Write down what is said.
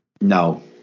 No